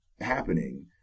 happening